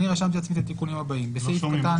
אני רשמתי לעצמי את התיקונים הבאים --- רגע.